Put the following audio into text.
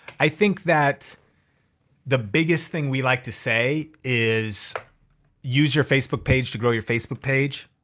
i think that the biggest thing we like to say is use your facebook page to grow your facebook page.